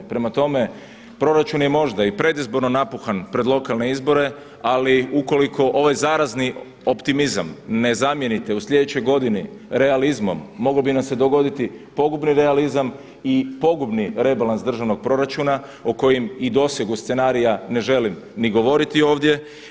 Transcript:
Prema tome, proračun je možda i predizborno napuhan pred lokalne izbore ali ukoliko ovaj zarazni optimizam ne zamijenite u sljedećoj godini realizmom mogao bi nam se dogoditi pogubni realizam i pogubni rebalans državnog proračuna o kojemu i dosegu scenarija ne želim ni govoriti ovdje.